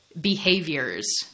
behaviors